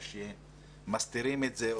או שמסתירים את זה.